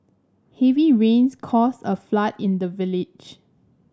heavy rains caused a flood in the village